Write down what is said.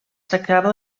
tractava